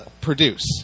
produce